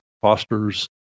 fosters